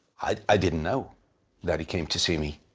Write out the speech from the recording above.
i didn't know that he came to see me.